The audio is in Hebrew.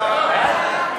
פיננסיים (שירותים פיננסיים חוץ-מוסדיים),